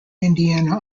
indiana